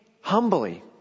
humbly